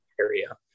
area